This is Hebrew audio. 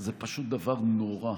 זה פשוט דבר נורא.